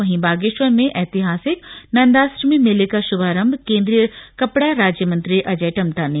वहीं बागेश्वर में ऐतिहासिक नन्दाष्टमी मेले का श्भारंभ केन्द्रीय कपड़ा राज्य मंत्री अजय टम्टा ने किया